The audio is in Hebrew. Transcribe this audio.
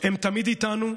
הם תמיד איתנו,